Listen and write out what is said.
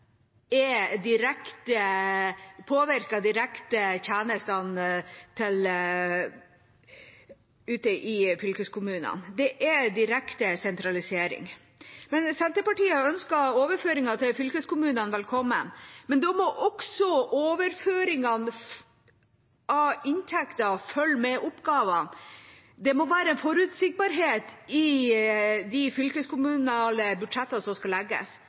nedtrekk direkte påvirker tjenestene ute i fylkeskommunene. Det er direkte sentralisering. Senterpartiet ønsker overføringer til fylkeskommunene velkommen, men da må også overføringene av inntekter følge med oppgavene. Det må være forutsigbarhet i de fylkeskommunale budsjettene som skal legges.